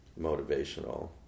motivational